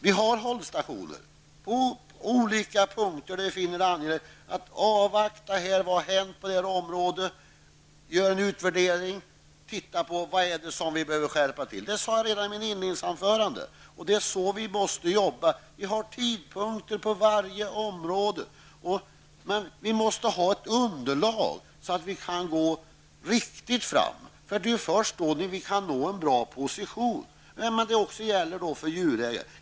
Vi har hållstationer på olika punkter där vi finner det angeläget att avvakta vad som händer på området, göra en utvärdering och se vilka regler som behöver skärpas. Det sade jag redan i mitt inledningsanförande, och det är så vi måste arbeta. Det finns sådana tidpunkter på varje område. Vi måste ha ett underlag så att vi kan gå fram på ett riktigt sätt. Det är först då vi kan nå en bra position, och det gäller också regler för djurägare.